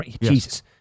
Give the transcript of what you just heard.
Jesus